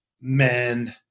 men